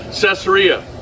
Caesarea